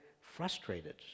frustrated